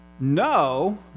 No